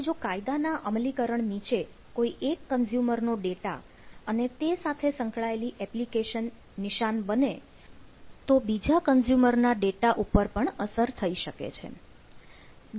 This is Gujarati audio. આથી જો કાયદાના અમલીકરણ નીચે કોઈ એક કન્ઝ્યુમર નો ડેટા અને તે સાથે સંકળાયેલી એપ્લિકેશન નિશાન બને તો બીજા કન્ઝ્યુમર ના ડેટા ઉપર પણ અસર થઈ શકે છે